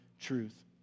truth